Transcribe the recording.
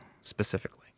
specifically